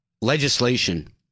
legislation